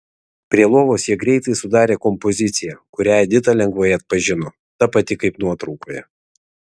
prie lovos jie greitai sudarė kompoziciją kurią edita lengvai atpažino ta pati kaip nuotraukoje